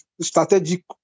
strategic